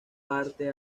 parte